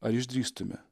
ar išdrįstume